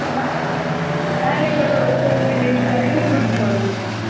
panelling کَرو أسۍ سٲرۍسٕے بیٚیہِ چھِ کَرٕنۍ وُڈ فٕلورِنٛگ تہِ